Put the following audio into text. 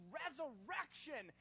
resurrection